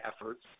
efforts